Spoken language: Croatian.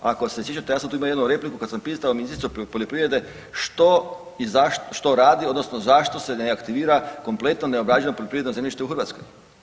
Ako se sjećate, ja sam tu imao jednu repliku kad sam pitao ministricu poljoprivrede što i zašto, što radi odnosno zašto se ne aktivira kompletno neobrađeno poljoprivredno zemljište u Hrvatskoj.